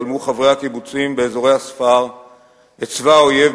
בלמו חברי הקיבוצים באזורי הספר את צבא האויב,